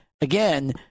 again